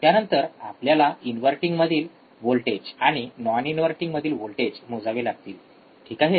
त्यानंतर आपल्याला इनव्हर्टिंग मधील वोल्टेज आणि नाॅन इनव्हर्टिंग टर्मिनलमधील व्होल्टेज मोजावे लागतील ठीक आहे